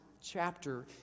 chapter